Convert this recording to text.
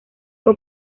fue